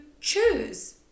choose